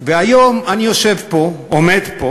והיום אני יושב פה, עומד פה